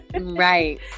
Right